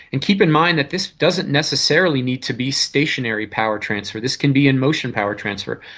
and keep in mind that this doesn't necessarily need to be stationary power transfer, this can be in-motion power transfer.